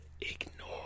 ignore